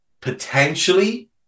potentially